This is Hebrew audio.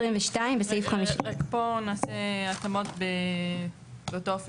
רגע, פה נעשה התאמות באותו אופן